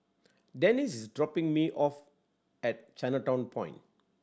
Denice is dropping me off at Chinatown Point